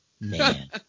Man